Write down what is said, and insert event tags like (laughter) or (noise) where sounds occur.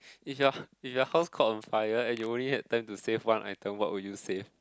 if your (breath) if your house caught on fire and you only had time to save one item what will you save